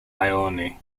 ione